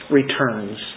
returns